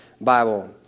Bible